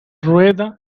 rueda